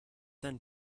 then